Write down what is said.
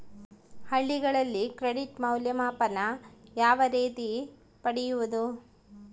ಹಳ್ಳಿಗಳಲ್ಲಿ ಕ್ರೆಡಿಟ್ ಮೌಲ್ಯಮಾಪನ ಯಾವ ರೇತಿ ಪಡೆಯುವುದು?